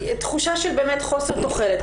תחושה של חוסר תוחלת,